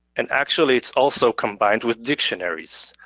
and actually it's also combined with dictionaries.